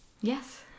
Yes